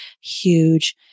huge